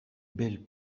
belles